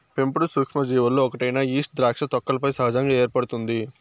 పెంపుడు సూక్ష్మజీవులలో ఒకటైన ఈస్ట్ ద్రాక్ష తొక్కలపై సహజంగా ఏర్పడుతుంది